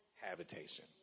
habitation